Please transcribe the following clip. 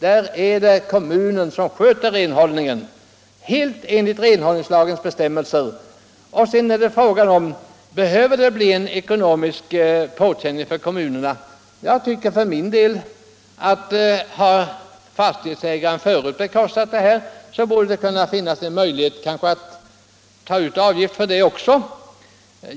Där bör kommunen enligt renhållningslagens bestämmelser helt stå för renhållningen på trottoarer och gångbanor. När det gäller frågan om detta nödvändigtvis kommer att innebära en ekonomisk påkänning för kommunerna tycker jag för min del att det, med hänsyn till att fastighetsägaren själv tidigare har stått för denna uppgift, bör finnas möjlighet att nu ta ut en avgift för dess fullgörande.